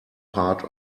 part